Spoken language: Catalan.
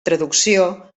traducció